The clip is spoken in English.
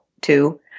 two